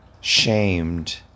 shamed